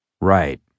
Right